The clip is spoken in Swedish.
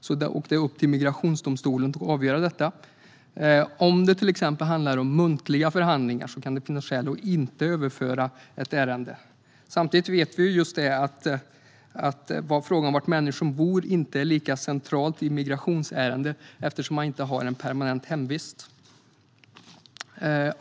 Det är upp till migrationsdomstolen att avgöra detta. Om det exempelvis handlar om muntliga förhandlingar kan det finnas skäl att inte överföra ett ärende. Samtidigt vet vi att frågan om var människor bor inte är lika central vid migrationsärenden eftersom personerna i fråga inte har en permanent hemvist.